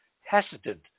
hesitant